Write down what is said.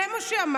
זה מה שאמרתי.